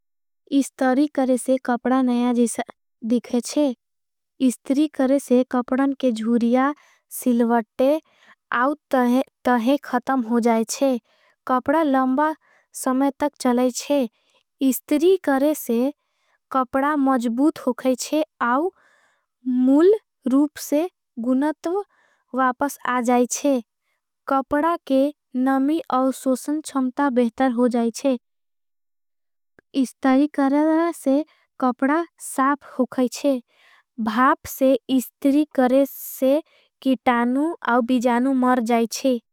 इस्तरी करे से कपड़ा नया जीसा दिखेचे इस्तरी करे। से कपड़ान के जुरिया सिल्वटे आओ तहें खतम हो। जायेचे कपड़ा लंबा समय तक चलेचे इस्तरी करे से। कपड़ा मजबूत हो खैचे आओ मुल रूप से गुणत्व वापस। आ जायेचे कपड़ा के नमी अउसोसन चमता बेहतर। हो जायेचे इस्तरी करे से कपड़ा साफ हो खैचे भाप। से इस्तरी करे से कितानु आओ बीजानु मर जायेचे।